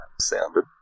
sounded